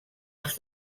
els